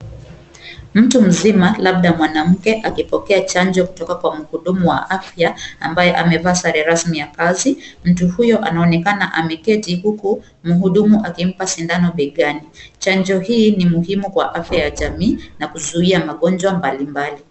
Mtu mzima labda mwanamke akipokea chanjo kutoka kwa mhudumu wa afya ambaye amevaa sare rasmi ya kazi, mtu huyo anaonekana ameketi huku mhudumu akimpa sindano begani, chanjo hii ni muhimu kwa afya ya jamii na kuzuia magonjwa mbalimbali.